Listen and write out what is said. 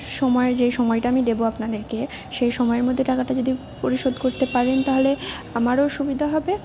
সময় যে সময়টা আমি দেবো আপনাদেরকে সেই সময়ের মধ্যে টাকাটা যদি পরিশোধ করতে পারেন তাহলে আমারও সুবিধা হবে